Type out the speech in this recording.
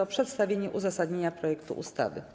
o przedstawienie uzasadnienia projektu ustawy.